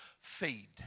Feed